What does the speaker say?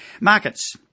Markets